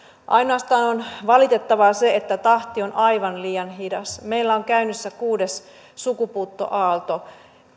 valitettavaa on ainoastaan se että tahti on aivan liian hidas meillä on käynnissä kuudes sukupuuttoaalto